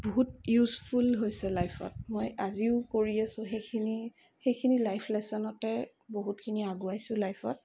বহুত ইউজফুল হৈছে লাইফত মই আজিও কৰি আছোঁ সেইখিনি সেইখিনি লাইফ লেছনতে বহুতখিনি আগুৱাইছোঁ লাইফত